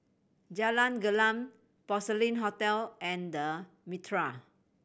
Jalan Gelam Porcelain Hotel and Mitraa